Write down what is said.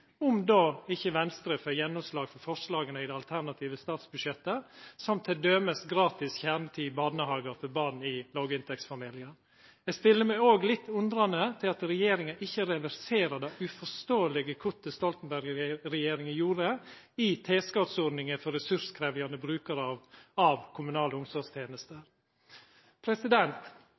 om då ikkje Venstre får gjennomslag for forslaga i det alternative statsbudsjettet, t.d. gratis kjernetid i barnehagar for barn i låginntektsfamiliar. Eg stiller meg òg litt undrande til at regjeringa ikkje reverserer det uforståelege kuttet Stoltenberg-regjeringa gjorde i tilskotsordninga for ressurskrevjande brukarar av kommunale omsorgstenester.